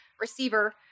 receiver